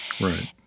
Right